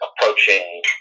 approaching